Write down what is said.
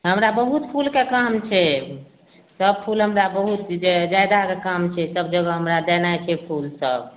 हमरा बहुत फूलके काम छै सब फूल हमरा बहुत जादाके काम छै सब जगह हमरा देनाइ छै फूल सब